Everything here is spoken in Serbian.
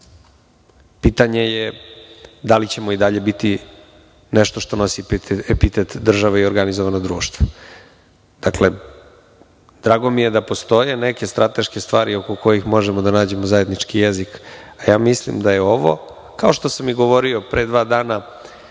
pitanje je da li ćemo i dalje biti nešto što nosi epitet države i organizovanog društva. Dakle, drago mi je da postoje neke strateške stvari oko kojih možemo da nađemo zajednički jezik, a ja mislim da je ovo, kao što sam i govorio pre dva dana,